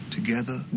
Together